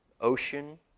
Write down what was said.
ocean